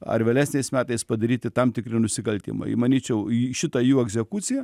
ar vėlesniais metais padaryti tam tikri nusikaltimai įmanyčiau į šitą jų egzekuciją